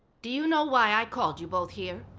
do you know why i called you both here?